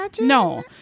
No